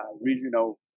regional